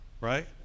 Right